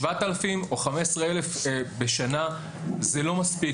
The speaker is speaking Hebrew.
7,000 או 15,000 בשנה זה לא מספיק.